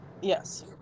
Yes